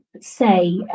say –